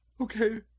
Okay